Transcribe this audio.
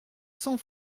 cent